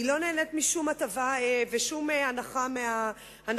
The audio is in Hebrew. היא לא נהנית משום הטבה ושום הנחה מההנחות